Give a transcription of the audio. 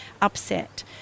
upset